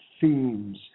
themes